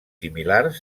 similars